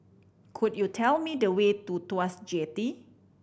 could you tell me the way to Tuas Jetty